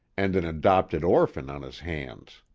and an adopted orphan on his hands.